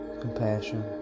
compassion